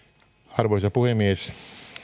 arvoisa puhemies